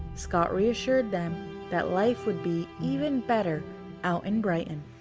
scott reassured them that life would be even better out in brighton.